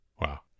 wow